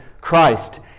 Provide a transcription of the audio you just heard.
Christ